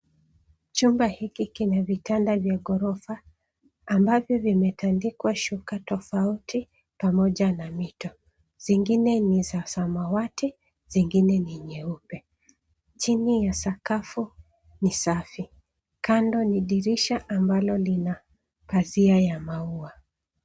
Chumba hiki kina vitanda vya gorofa, ambavyo vimetandikwa shuka tofauti pamoja na mito. Zingine ni za samawati, zingine ni nyeupe. Chini ya sakafu ni safi. Kando ni dirisha ambalo lina pazia ya maua.